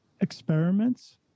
experiments